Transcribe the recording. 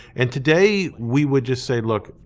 and today we would just say, look,